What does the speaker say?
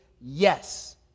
Yes